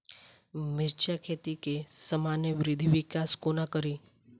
मिर्चा खेती केँ सामान्य वृद्धि विकास कोना करि?